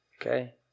Okay